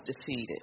defeated